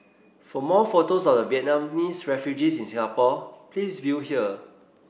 for more photos of the Vietnamese refugees in Singapore please view here